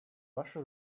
ваши